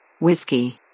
Whiskey